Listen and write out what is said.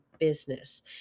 business